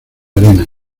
arena